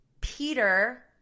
peter